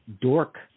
dork